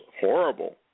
horrible